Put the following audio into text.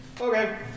Okay